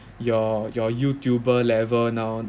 your your YouTuber level now